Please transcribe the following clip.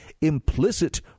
implicit